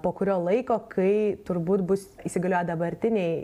po kurio laiko kai turbūt bus įsigalioję dabartiniai